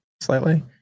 slightly